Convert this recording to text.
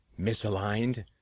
misaligned